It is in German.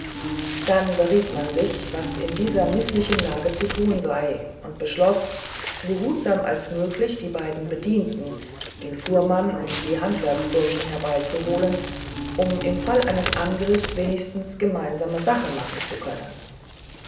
dann beriet man sich was in dieser mißlichen lage zu tun sei und beschloß so behutsam als möglich die zwei bedienten den fuhrmann und die handwerksbursche herbeizuholen um im fall eines angriffs wenigstens gemeinsame sache machen zu können